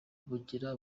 bugira